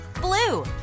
blue